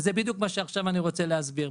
וזה בדיוק מה שאני רוצה להסביר עכשיו,